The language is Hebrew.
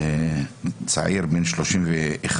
צעיר בן 31,